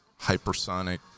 hypersonic